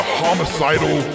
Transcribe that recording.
homicidal